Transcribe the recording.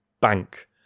bank